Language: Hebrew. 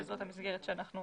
וזאת המסגרת שאנחנו